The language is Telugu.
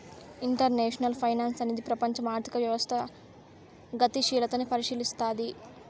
ఇంటర్నేషనల్ ఫైనాన్సు అనేది ప్రపంచం ఆర్థిక వ్యవస్థ గతిశీలతని పరిశీలస్తది